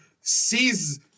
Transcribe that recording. sees